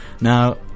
Now